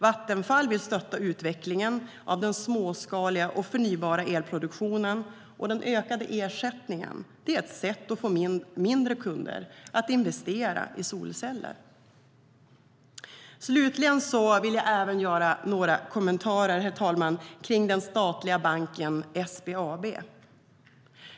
Vattenfall vill stötta utvecklingen av den småskaliga och förnybara elproduktionen, och den ökade ersättningen är ett sätt att få mindre kunder att investera i solceller. Slutligen vill jag fälla några kommentarer om den statliga banken SBAB.